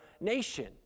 nation